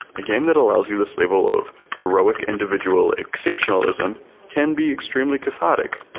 a game that allows you this level of heroic individual exceptionalism can be extremely cathartic!